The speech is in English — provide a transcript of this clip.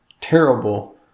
terrible